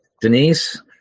Denise